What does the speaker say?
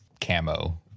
camo